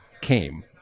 came